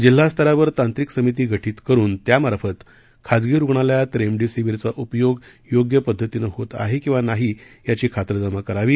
जिल्हास्तरावर तांत्रिक समिती गठीत करून त्यामार्फत खाजगी रुग्णालयात रेमडीसीवीरचा उपयोग योग्य पध्दतीनं होत आहे किंवा नाही याची खातरजमा करावी